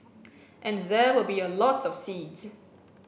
and there will be a lot of seeds